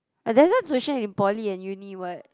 I don't have tuition in poly and uni what